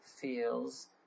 feels